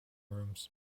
rooms